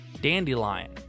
Dandelion